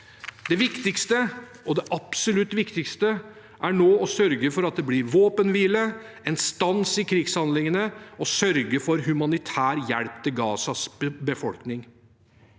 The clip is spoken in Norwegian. Det viktigste, det absolutt viktigste, er nå å sørge for at det blir våpenhvile og en stans i krigshandlingene, og for humanitær hjelp til Gazas befolkning.